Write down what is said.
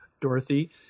Dorothy